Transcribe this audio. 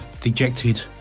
dejected